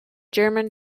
german